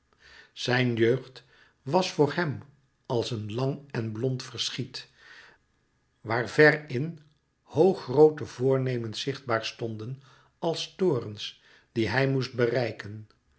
zijn jeugd was voor hem als een lang en blond verschiet waar ver in hoog groote voornemens zichtbaar stonden als torens die hij moest bereiken